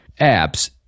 apps